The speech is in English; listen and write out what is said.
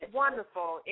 wonderful